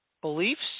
beliefs